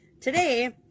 today